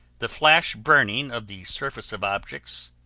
the flash burning of the surface of objects,